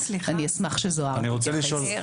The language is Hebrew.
אני אשמח שזוהרה תתייחס.